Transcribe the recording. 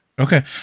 Okay